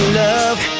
love